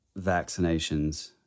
vaccinations